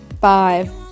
five